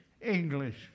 English